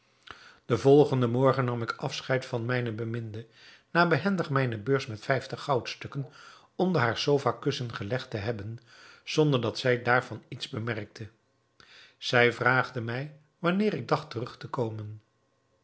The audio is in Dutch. den volgenden morgen nam ik afscheid van mijne beminde na behendig mijne beurs met vijftig goudstukken onder haar sofa kussen gelegd te hebben zonder dat zij daarvan iets bemerkte zij vraagde mij wanneer ik dacht terug te komen